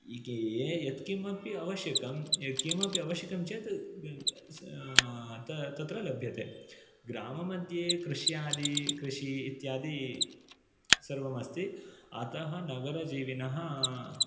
ये यत्किमपि आवश्यकं यत्किमपि आवश्यकं चेत् स् तत्र लभ्यते ग्राममध्ये कृष्यादि कृषि इत्यादि सर्वमस्ति अतः नगरजीविनः